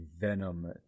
venom